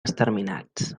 exterminats